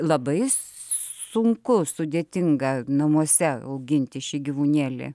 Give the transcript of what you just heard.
labai sunku sudėtinga namuose auginti šį gyvūnėlį